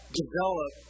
develop